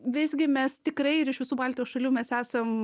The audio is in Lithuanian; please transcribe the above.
visgi mes tikrai ir iš visų baltijos šalių mes esam